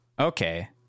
Okay